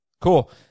Cool